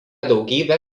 daugybė